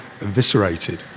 eviscerated